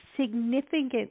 significant